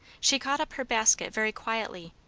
she caught up her basket very quietly,